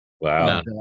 Wow